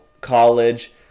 college